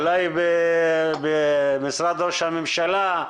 אולי במשרד ראש הממשלה,